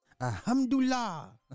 Alhamdulillah